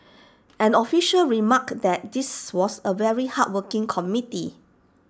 an official remarked that this was A very hardworking committee